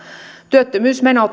työttömyysmenot